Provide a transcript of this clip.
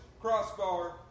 crossbar